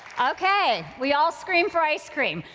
okay, we all scream for ice cream.